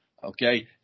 okay